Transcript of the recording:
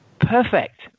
Perfect